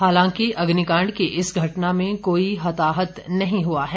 हालांकि अग्निकांड की इस घटना में कोई हताहत नहीं हुआ है